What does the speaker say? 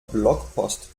blogpost